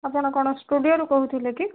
ଆପଣ କଣ ଷ୍ଟୁଡ଼ିଓରୁ କହୁଥିଲେ କି